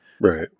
Right